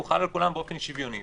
הוא חל על כולם באופן שוויוני,